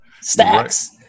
stacks